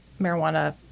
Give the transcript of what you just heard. marijuana